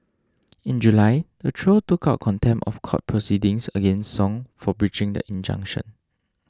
in July the trio took out contempt of court proceedings against Song for breaching the injunction